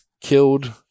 killed